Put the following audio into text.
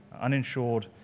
uninsured